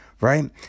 right